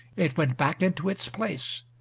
it went back into its place.